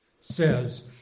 says